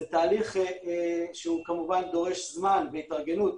זה תהליך שדורש זמן והתארגנות,